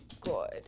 good